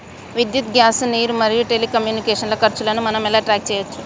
విద్యుత్ గ్యాస్ నీరు మరియు టెలికమ్యూనికేషన్ల ఖర్చులను మనం ఎలా ట్రాక్ చేయచ్చు?